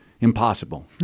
impossible